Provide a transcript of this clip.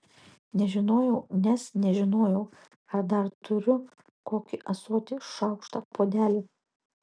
nežinojau nes nežinojau ar dar turiu kokį ąsotį šaukštą puodelį